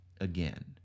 again